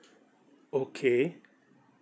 okay